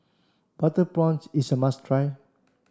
butter prawns is a must try